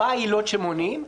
2. מה העילות שמונים?